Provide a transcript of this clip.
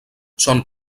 són